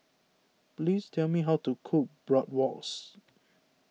please tell me how to cook Bratwurst